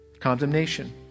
Condemnation